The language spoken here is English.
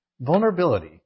Vulnerability